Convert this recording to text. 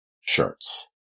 shirts